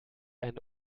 ein